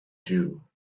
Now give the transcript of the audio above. jew